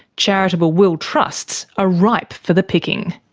charitable will trusts are ripe for the picking.